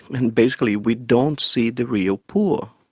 and basically we don't see the real poor.